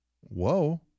whoa